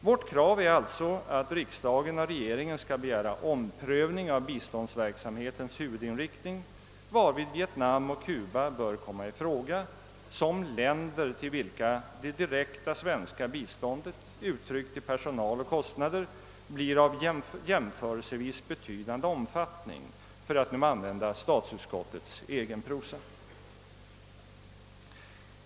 Vårt krav är alltså att riksdagen av regeringen skall begära omprövning av biståndsverksamhetens huvudinriktning, varvid Vietnam och Cuba bör komma i fråga som länder, till vilka det direkta svenska biståndet, uttryckt i personal och kostnader, blir av jämförelsevis betydande omfattning, för att nu använda statsutskottets egen prosa.